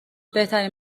بهترین